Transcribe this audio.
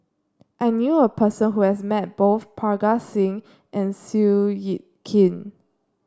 I knew a person who has met both Parga Singh and Seow Yit Kin